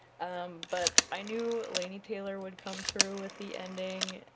but i knew laini taylor would come through with the ending,